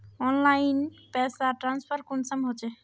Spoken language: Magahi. ऑनलाइन पैसा ट्रांसफर कुंसम होचे?